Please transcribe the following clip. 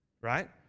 Right